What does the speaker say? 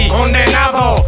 Condenado